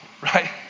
right